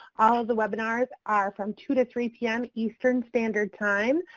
all of the webinars are from two to three p m. eastern standard time.